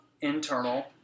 internal